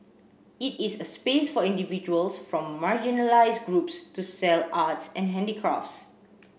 it is a space for individuals from marginalised groups to sell arts and handicrafts